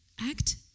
Act